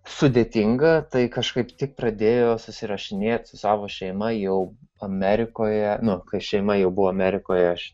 sudėtinga tai kažkaip tik pradėjo susirašinėti su savo šeima jau amerikoje nu kai šeima jau buvo amerikoje aš